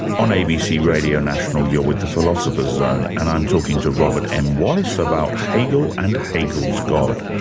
on abc radio national you're with the philosopher's zone, and i'm talking to robert m. wallace about hegel and hegel's god.